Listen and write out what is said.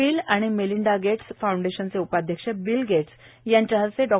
bill and Melinda Gates फाउंडेशनचे उपाध्यक्ष Bill Gates यांच्या हस्ते डॉ